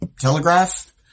Telegraph